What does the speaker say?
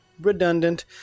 Redundant